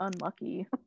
unlucky